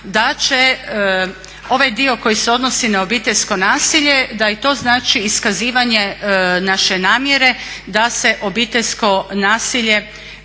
da će ovaj dio koji se odnosi na obiteljsko nasilje da i to znači iskazivanje naše namjere da se obiteljsko nasilje